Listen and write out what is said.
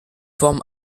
forme